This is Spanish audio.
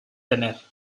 tener